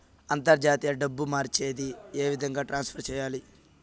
అంతర్జాతీయ డబ్బు మార్చేది? ఏ విధంగా ట్రాన్స్ఫర్ సేయాలి?